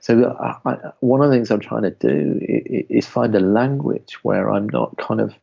so ah one of the things i'm trying to do is find a language where i'm not kind of